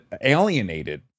alienated